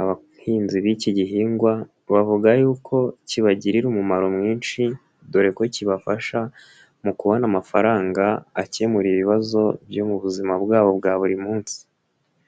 Abahinzi b'iki gihingwa bavuga yuko kibagirira umumaro mwinshi dore ko kibafasha mu kubona amafaranga, akemura ibibazo byo mu buzima bwabo bwa buri munsi.